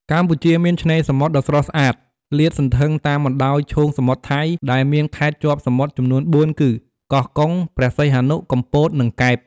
កម្ពុជាមានឆ្នេរសមុទ្រដ៏ស្រស់ស្អាតលាតសន្ធឹងតាមបណ្ដោយឈូងសមុទ្រថៃ ដែលមានខេត្តជាប់សមុទ្រចំនួនបួនគឺ កោះកុង ព្រះសីហនុ កំពត និងកែប។